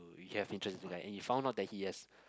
you have interest in the guy and you found out that he has